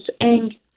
Eng